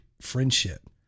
friendship